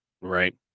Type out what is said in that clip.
Right